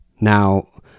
now